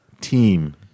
team